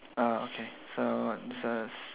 uh okay so this is